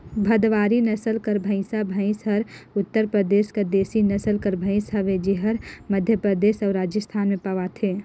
भदवारी नसल कर भंइसा भंइस हर उत्तर परदेस कर देसी नसल कर भंइस हवे जेहर मध्यपरदेस अउ राजिस्थान में पवाथे